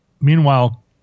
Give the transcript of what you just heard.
meanwhile